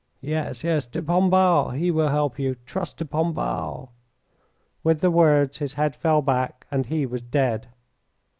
yes, yes de pombal. he will help you. trust de pombal. with the words his head fell back and he was dead.